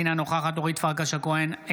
אינה נוכחת אורית פרקש הכהן,